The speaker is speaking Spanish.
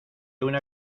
una